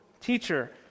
teacher